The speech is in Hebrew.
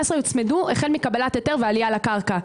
יוצמדו החל מקבלת היתר ועלייה על הקרקע.